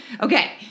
Okay